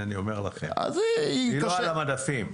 היא לא על המדפים.